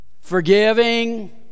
forgiving